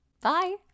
Bye